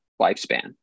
lifespan